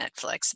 Netflix